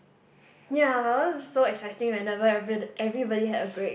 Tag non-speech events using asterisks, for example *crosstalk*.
*breath* ya I was also so exciting whenever every~ everybody had a break